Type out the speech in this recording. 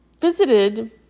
visited